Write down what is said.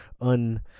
un